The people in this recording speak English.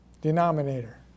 denominator